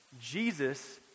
Jesus